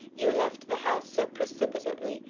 you left the house so precipitately,